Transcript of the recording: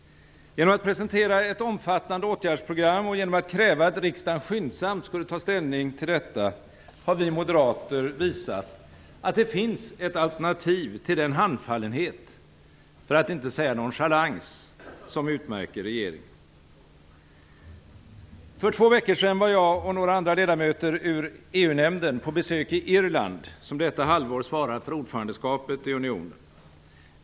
Genom att presentera ett omfattande åtgärdsprogram och genom att kräva att riksdagen skyndsamt skulle ta ställning till detta har vi moderater visat att det finns ett alternativ till den handfallenhet - för att inte säga nonchalans - som utmärker regeringen. För två veckor sedan var jag och några andra ledamöter ur EU-nämnden på besök i Irland, som detta halvår svarar för ordförandeskapet i unionen.